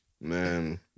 Man